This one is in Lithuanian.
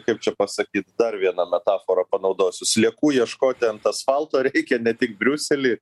kaip čia pasakyt dar vieną metaforą panaudosiu sliekų ieškoti ant asfalto reikia ne tik briusely